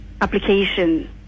application